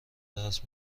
درس